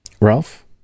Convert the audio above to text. Ralph